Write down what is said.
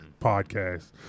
podcast